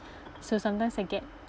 so sometimes I get